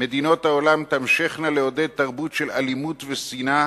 מדינות העולם תמשכנה לעודד תרבות של אלימות ושנאה,